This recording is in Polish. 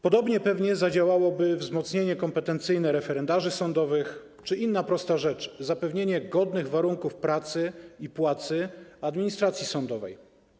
Podobnie pewnie zadziałałoby wzmocnienie kompetencyjne referendarzy sądowych czy inna prosta rzecz - zapewnienie godnych warunków pracy i płacy administracji sądowej.